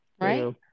Right